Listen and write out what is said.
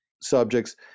subjects